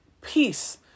peace